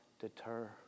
deter